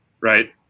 right